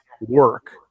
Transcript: work